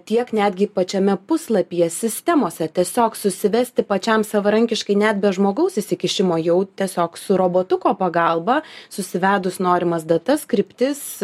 tiek netgi pačiame puslapyje sistemose tiesiog susivesti pačiam savarankiškai net be žmogaus įsikišimo jau tiesiog su robotuko pagalba susivedus norimas datas kryptis